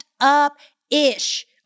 up-ish